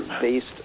based